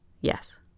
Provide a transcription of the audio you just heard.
Yes